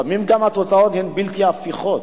לפעמים גם התוצאות בלתי הפיכות,